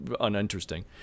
uninteresting